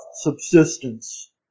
subsistence